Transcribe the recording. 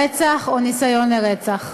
רצח או ניסיון לרצח.